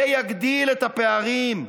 זה יגדיל את הפערים.